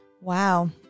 Wow